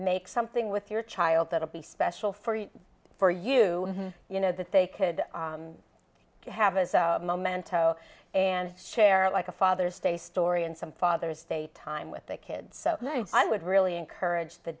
make something with your child that'll be special for you for you you know that they could have a momento and share like a father's day story and some father's day time with the kids so i would really encourage the